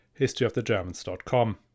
historyofthegermans.com